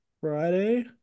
friday